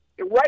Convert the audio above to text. right